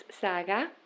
Saga